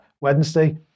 Wednesday